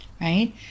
right